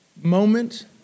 moment